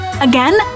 again